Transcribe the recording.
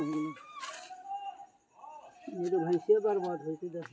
केलाक फूल एकटा क्षारीय खाद्य छियै जे पेटक एसिड के प्रवाह कें बेअसर करै छै